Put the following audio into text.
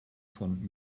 von